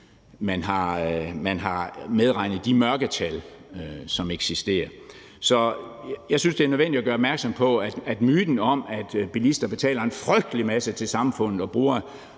man har medregnet de mørketal, som eksisterer. Så jeg synes, det er nødvendigt at gøre opmærksom på, at myten om, at bilister betaler en frygtelig masse til samfundet og til